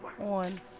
on